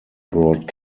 brought